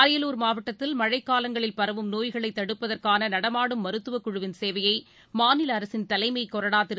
அரியலூர் மாவட்டத்தில் மழைக்காலங்களில் பரவும் நோய்களைதடுப்பதற்கான நடமாடும் மருத்துவக் குழுவின் சேவையை மாநிலஅரசின் தலைமைகொறடாதிரு